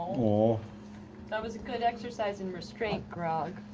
ah that was a good exercise in restraint, grog.